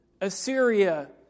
Assyria